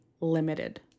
limited